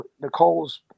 Nicole's